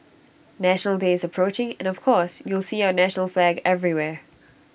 National Day is approaching and of course you'll see our national flag everywhere